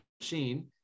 machine